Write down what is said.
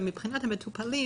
מבחינת המטופלים,